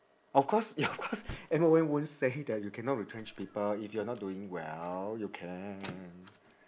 of course of course M_O_M won't say that you cannot retrench people if you're not doing well you can